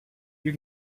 you